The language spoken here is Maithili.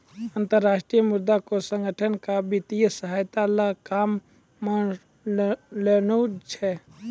अन्तर्राष्ट्रीय मुद्रा कोष संगठन क वित्तीय सहायता ल काम म लानलो जाय छै